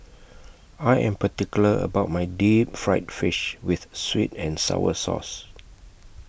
I Am particular about My Deep Fried Fish with Sweet and Sour Sauce